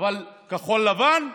אבל כחול לבן?